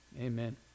Amen